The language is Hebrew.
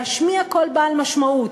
להשמיע קול בעל משמעות,